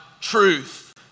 truth